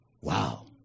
Wow